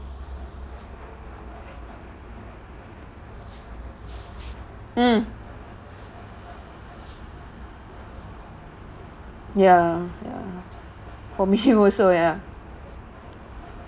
mm ya ya for me also ya